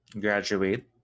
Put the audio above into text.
graduate